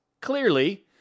clearly